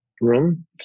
room